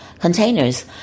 containers